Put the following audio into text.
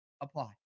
apply